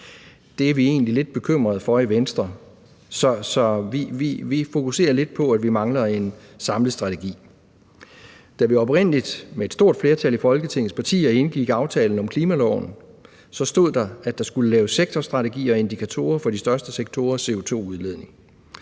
Det er vi egentlig lidt bekymrede for i Venstre, så vi fokuserer lidt på, at vi mangler en samlet strategi. Da vi oprindelig med et stort flertal i Folketingets partier indgik aftalen om klimaloven, stod der, at der skulle laves sektorstrategier og indikatorer for de største sektorers CO2-udledning.